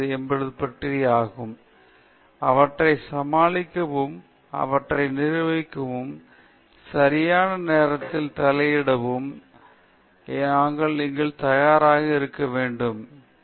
இதில் ஈடுபட்டுள்ள ஆபத்து ஆராய்ச்சி செயல்முறைகளில் ஈடுபடும் அபாயங்கள் இருப்பதை கவனமாக இருங்கள் அவற்றைச் சமாளிக்கவும் அவற்றை நிர்வகிக்கவும் சரியான நேரத்தில் தலையிடவும் தலையிடவும் நாங்கள் தயாராக இருக்க வேண்டும் இதனால் ஆபத்தை குறைக்க முடியும்